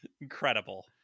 Incredible